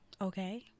Okay